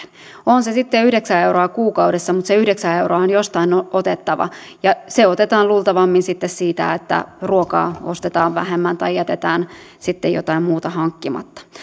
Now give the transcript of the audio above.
on se sitten vaikka yhdeksän euroa kuukaudessa se yhdeksän euroa on jostain otettava ja se otetaan luultavammin sitten siitä että ruokaa ostetaan vähemmän tai jätetään sitten jotain muuta hankkimatta